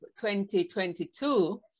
2022